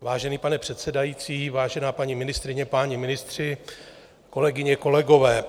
Vážený pane předsedající, vážená paní ministryně, páni ministři, kolegyně, kolegové.